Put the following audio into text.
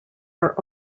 are